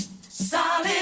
solid